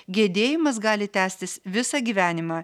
gedėjimas gali tęstis visą gyvenimą